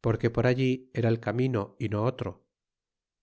porque por allí era el camino y no otro